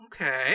Okay